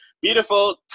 beautiful